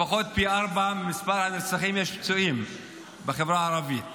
לפחות פי ארבעה ממספר הנרצחים יש פצועים בחברה הערבית.